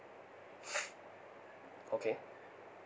okay